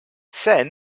sen